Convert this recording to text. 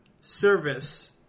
service